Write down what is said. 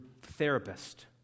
therapist